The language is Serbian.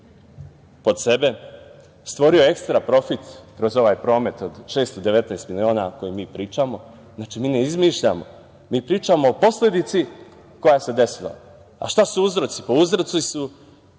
pod sebe. Stvorio je ekstra profit kroz ovaj promet od 619 miliona o kojem mi pričamo. Znači, mi ne izmišljamo. Mi pričamo o posledici koja se desila. Šta su uzroci? Uzroci su